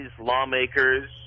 lawmakers